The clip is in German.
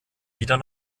wieder